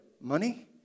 money